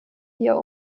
hier